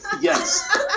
yes